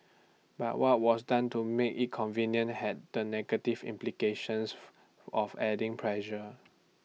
but what was done to make IT convenient had the negative implications of adding pressure